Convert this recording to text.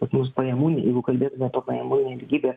pas mus pajamų jeigu kalbėtume to pajamų nelygybė